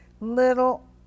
little